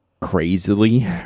crazily